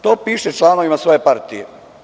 To piše članovima svoje partije.